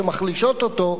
שמחלישות אותו,